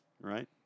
Right